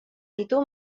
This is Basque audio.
ditu